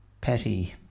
petty